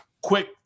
quick